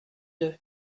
deux